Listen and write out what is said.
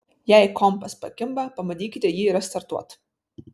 jei kompas pakimba pabandykite jį restartuot